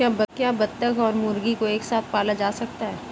क्या बत्तख और मुर्गी को एक साथ पाला जा सकता है?